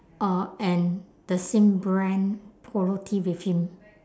uh and the same brand polo tee with him